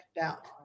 out